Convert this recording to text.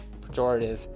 pejorative